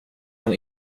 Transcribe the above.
han